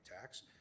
tax